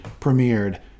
premiered